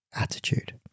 attitude